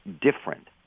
different